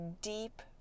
deep